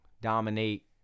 dominate